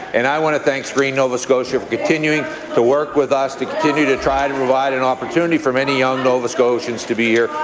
and i want to thank screen nova scotia for continuing to work with us to continue to try to provide an opportunity for many young nova scotians to be here.